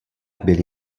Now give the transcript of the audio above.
byli